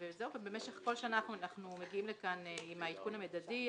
במשך כל שנה אנחנו מגיעים לכאן עם העדכון המדדי.